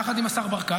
יחד עם השר ברקת.